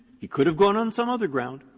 he could have gone on some other ground,